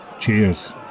cheers